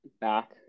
back